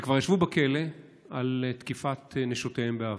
שכבר ישבו בכלא על תקיפת נשותיהם בעבר.